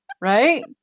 right